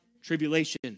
tribulation